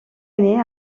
année